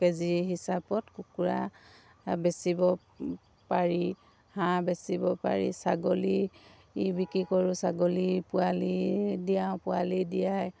কে G হিচাপত কুকুৰা বেচিব পাৰি হাঁহ বেচিব পাৰি ছাগলী বিক্ৰী কৰোঁ ছাগলী পোৱালি দিয়াওঁ পোৱালি দিয়াই